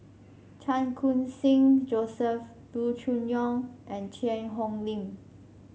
Chan Khun Sing Joseph Loo Choon Yong and Cheang Hong Lim